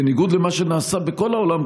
בניגוד למה שנעשה בכל העולם,